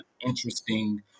interesting